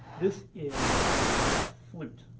this is a flute,